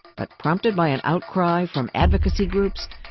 but prompted by an outcry from advocacy groups,